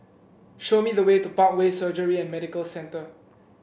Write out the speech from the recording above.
show me the way to Parkway Surgery and Medical Centre